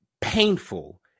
painful